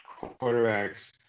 quarterbacks